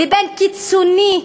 לבין קיצוני,